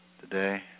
today